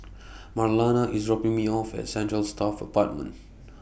Marlana IS dropping Me off At Central Staff Apartment